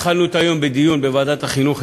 התחלנו את היום בדיון אצלנו בוועדת החינוך.